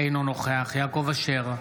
אינו נוכח יעקב אשר,